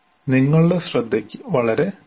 നിങ്ങളുടെ ശ്രദ്ധയ്ക്ക് വളരെ നന്ദി